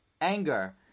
anger